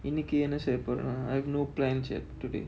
இன்னிக்கு என்ன செய்ய போறேன்:innikku enna seiyya poraen I have no plans yet today